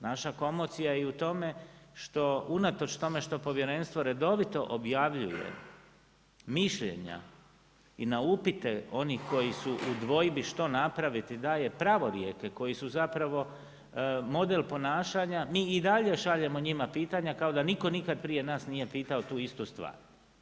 Naša je komocija je u tome što unatoč tome što povjerenstvo redovito objavljuje mišljenja i na upite onih koji su u dvojbi što napraviti, daje pravovjerke koji su zapravo model ponašanja, mi i dalje šaljemo njima pitanja, kao da nitko nikad prije nas pitao tu istu stvar.